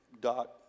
dot